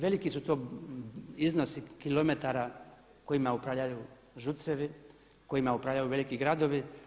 Veliki su to iznosi kilometara kojima upravljaju ŽUC-evi, kojima upravljaju veliki gradovi.